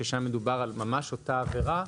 שם מדובר על ממש אותה עבירה.